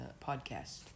podcast